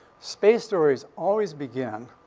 space stories always begin,